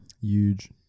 Huge